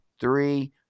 three